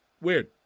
weird